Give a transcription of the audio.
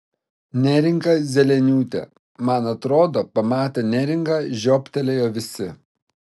neringa zeleniūtė man atrodo pamatę neringą žiobtelėjo visi